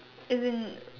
as in